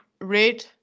red